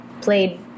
played